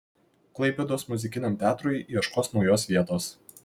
klaipėdos muzikiniam teatrui ieškos naujos vietos